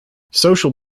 social